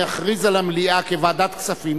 אני אכריז על המליאה כוועדת כספים,